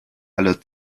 aller